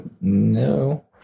no